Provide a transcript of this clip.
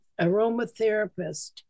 aromatherapist